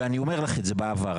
ואני אומר לך את זה בעבר,